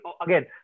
again